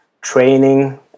training